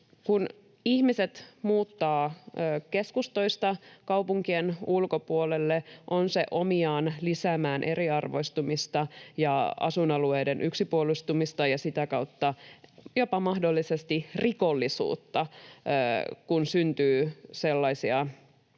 Kun ihmiset muuttavat keskustoista kaupunkien ulkopuolelle, on se omiaan lisäämään eriarvoistumista ja asuinalueiden yksipuolistumista ja sitä kautta jopa mahdollisesti rikollisuutta, kun syntyy sellaisia